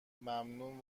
ممنون